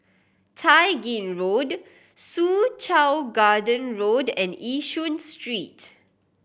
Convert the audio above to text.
Tai Gin Road Soo Chow Garden Road and Yishun Street